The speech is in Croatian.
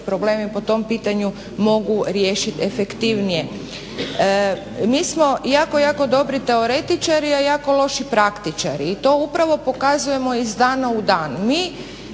problemi po tom pitanju mogu riješit efektivnije. Mi smo jako, jako dobri teoretičari, a jako loši praktičari i to upravo pokazujemo iz dana u dan.